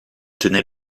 tenait